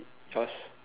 yours